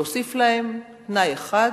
להוסיף להם תנאי אחד,